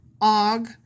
Og